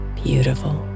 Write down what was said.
beautiful